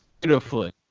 beautifully